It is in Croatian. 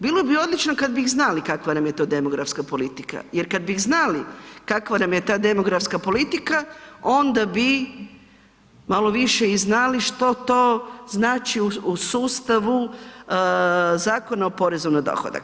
Bilo bi odlično kad bi znali kakva nam je to demografska politika jer kad bi znali kakva nam je ta demografska politika onda bi malo više i znali što to znači u sustavu Zakona o porezu na dohodak.